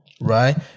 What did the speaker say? right